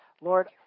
Lord